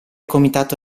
comitato